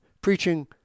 preaching